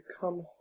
come